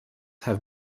have